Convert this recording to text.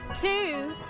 two